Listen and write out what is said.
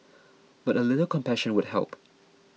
but a little compassion would help